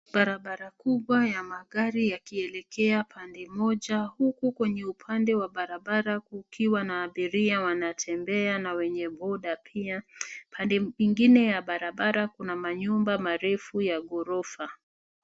Barabara kubwa ya magari yakielekea upande mmoja huku kwenye upande wa barabara kukiwa na abiria wanatembea na wenye boda pia. Pande ingine ya barabara kuna manyumba marefu ya ghorofa.